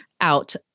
out